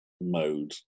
mode